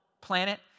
planet